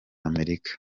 amerika